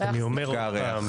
מפגע הריח.